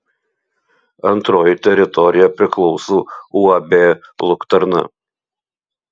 antroji teritorija priklauso uab luktarna